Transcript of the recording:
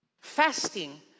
Fasting